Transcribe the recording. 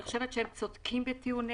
אני חושבת שהם צודקים בטיעוניהם.